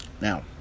Now